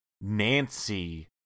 Nancy